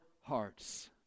hearts